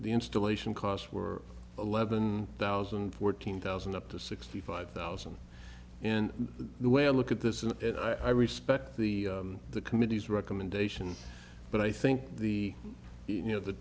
the installation costs were eleven thousand fourteen thousand up to sixty five thousand and the way i look at this is i respect the committee's recommendations but i think the you know the